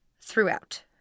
throughout